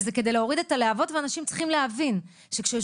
וזה כדי להוריד את הלהבות ואנשים צריכים להבין שכשיושבים